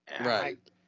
Right